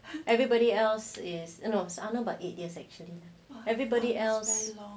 everybody else is you know arnold about eight years actually everybody else